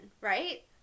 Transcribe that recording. right